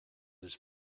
his